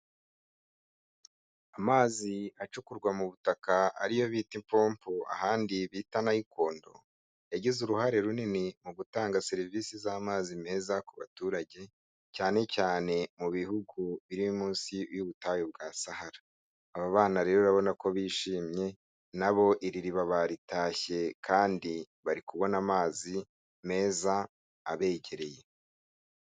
Amazi acukurwa mu butaka, ariyo bita ipompo ahandi bita nayikondo, yagize uruhare runini mu gutanga serivise z'amazi ku baturage, cyane cyane mu bihugu biri munsi y'ubutayu bwa Sahara. Aba bana rero urabona ko bishimye nabo iri riba baritashye kandi bari kubona amazi meza abegereye.